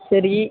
சரி